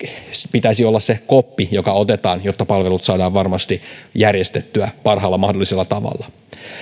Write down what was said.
pitäisi olla se koppi joka otetaan jotta palvelut saadaan varmasti järjestettyä parhaalla mahdollisella tavalla